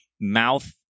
mouth